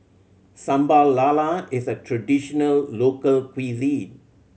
Sambal Lala is a traditional local cuisine